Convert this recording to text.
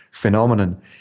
phenomenon